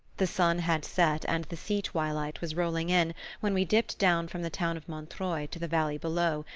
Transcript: the sun had set and the sea-twilight was rolling in when we dipped down from the town of montreuil to the valley below,